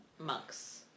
Monks